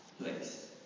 place